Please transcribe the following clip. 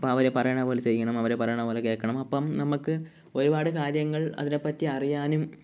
അപ്പോള് അവര് പറയുന്നതുപോലെ ചെയ്യണം അവര് പറയുന്ന പോലെ കേള്ക്കണം അപ്പോള് നമുക്ക് ഒരുപാട് കര്യങ്ങൾ അതിനെപ്പറ്റി അറിയാനും